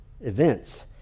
events